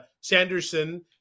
Sanderson